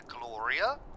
Gloria